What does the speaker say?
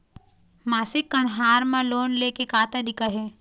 मासिक कन्हार म लोन ले के का तरीका हे?